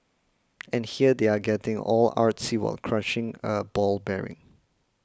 and here they are getting all artsy while crushing a ball bearing